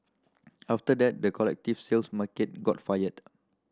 after that the collective sales market got fired